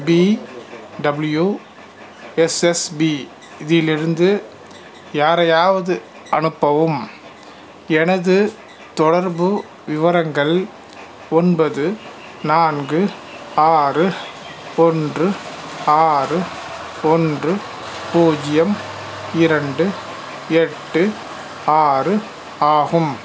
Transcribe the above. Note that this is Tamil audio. பி டபிள்யூஎஸ்எஸ்பி இதிலிருந்து யாரையாவது அனுப்பவும் எனது தொடர்பு விவரங்கள் ஒன்பது நான்கு ஆறு ஒன்று ஆறு ஒன்று பூஜ்ஜியம் இரண்டு எட்டு ஆறு ஆகும்